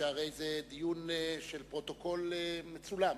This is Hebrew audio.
שהרי זה דיון של פרוטוקול מצולם,